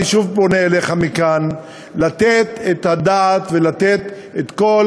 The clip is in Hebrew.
אני שוב פונה אליך מכאן לתת את הדעת ולתת את כל